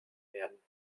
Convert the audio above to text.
werden